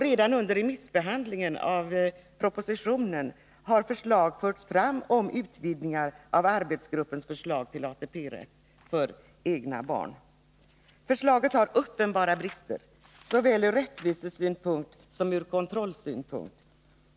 Redan under remissbehandlingen av propositionen har förslag förts fram om utvidgningar av arbetsgruppens förslag till ATP-rätt för vård av egna barn. Förslaget har uppenbara brister, såväl ur rättvisesynpunkt som ur kontrollsynpunkt.